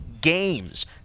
games